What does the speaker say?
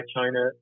China